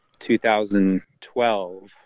2012